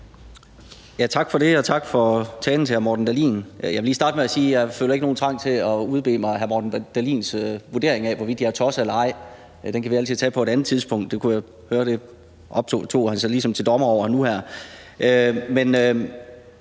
Tak for det, og tak til hr. Morten Dahlin for talen. Jeg vil lige starte med at sige, at jeg ikke føler nogen trang til at udbede mig hr. Morten Dahlins vurdering af, hvorvidt jeg er tosset eller ej. Det kan vi altid tage på et andet tidspunkt. Det gjorde han sig ligesom til dommer over nu her.